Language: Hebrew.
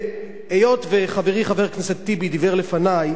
והיות שחברי חבר הכנסת טיבי דיבר לפני,